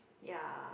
ya